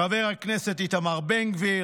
חבר הכנסת איתמר בן גביר,